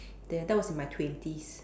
that that was in my twenties